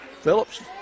Phillips